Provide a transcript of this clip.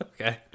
Okay